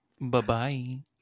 Bye-bye